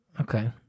Okay